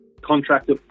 Contractor